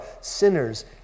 Sinners